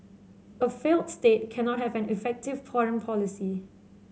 a failed state cannot have an effective foreign policy